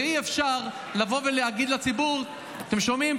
ואי-אפשר לבוא ולהגיד לציבור: אתם שומעים?